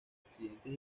accidentes